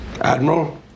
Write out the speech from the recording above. Admiral